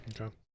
Okay